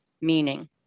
meaning